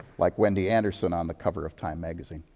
like wendy anderson on the cover of time magazine.